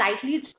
slightly